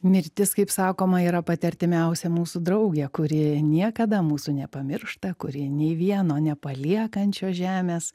mirtis kaip sakoma yra pati artimiausia mūsų draugė kuri niekada mūsų nepamiršta kuri nei vieno nepalieka ant šios žemės